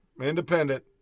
Independent